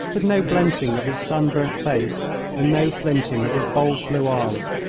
with no blenching of his sunburnt face and no flinching of his bold, blue eyes.